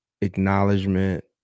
acknowledgement